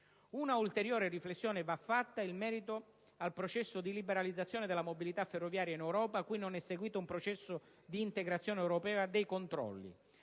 Un'ulteriore riflessione va fatta in merito al processo di liberalizzazione della mobilità ferroviaria in Europa, cui non è seguito un processo di integrazione europeo dei controlli.